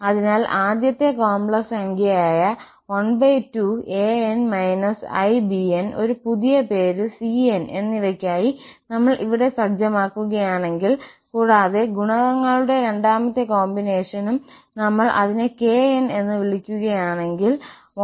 അതിനാൽ ആദ്യത്തെ കോംപ്ലക്സ് സംഖ്യയായ 12 an−i bn ഒരു പുതിയ പേര് cn എന്നിവയ്ക്കായി നമ്മൾ ഇവിടെ സജ്ജമാക്കുകയാണെങ്കിൽ കൂടാതെ ഗുണകങ്ങളുടെ രണ്ടാമത്തെ കോമ്പിനേഷനും നമ്മൾ അതിനെ kn എന്ന് വിളിക്കുകയാണെങ്കിൽ 12 anibn